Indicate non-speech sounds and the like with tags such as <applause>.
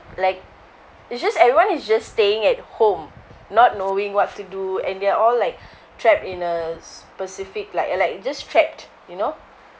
like it's just everyone is just staying at home not knowing what to do and they're all like <breath> trapped in a specific like uh like just trapped you know